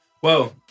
Whoa